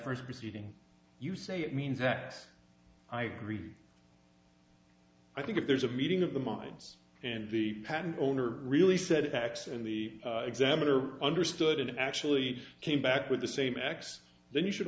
first proceeding you say it means that i agree i think if there's a meeting of the minds and the patent owner really said x and the examiner understood and actually came back with the same x then you should